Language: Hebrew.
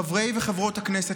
חברי וחברות הכנסת,